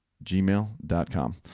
gmail.com